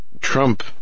Trump